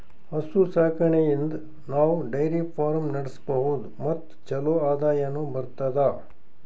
ಹಸು ಸಾಕಾಣಿಕೆಯಿಂದ್ ನಾವ್ ಡೈರಿ ಫಾರ್ಮ್ ನಡ್ಸಬಹುದ್ ಮತ್ ಚಲೋ ಆದಾಯನು ಬರ್ತದಾ